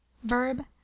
verb